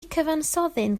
cyfansoddyn